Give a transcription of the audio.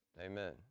Amen